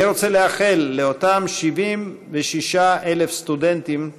אני רוצה לאחל לאותם 76,000 הסטודנטים הבוגרים,